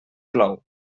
plou